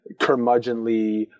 curmudgeonly